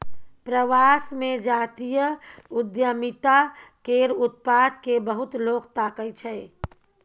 प्रवास मे जातीय उद्यमिता केर उत्पाद केँ बहुत लोक ताकय छै